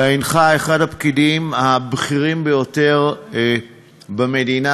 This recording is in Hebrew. אתה הנך אחד הפקידים הבכירים ביותר במדינה,